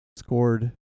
scored